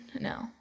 No